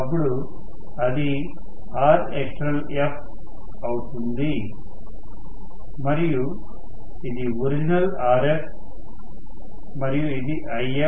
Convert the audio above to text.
అపుడు అది Rexternalf అవుతుంది మరియు ఇది ఒరిజినల్ Rf మరియు ఇది If